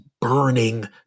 burning